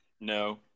no